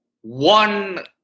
One